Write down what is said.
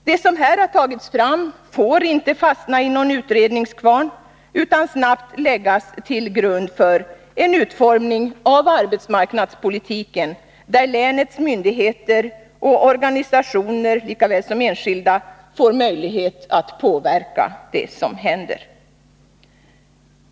Det som här har tagits fram får inte fastna i någon utredningskvarn, utan det måste snabbt läggas till grund för en utformning av arbetsmarknadspolitiken. Länets myndigheter och organisationer, lika väl som enskilda, skall ha en möjlighet att påverka det som händer.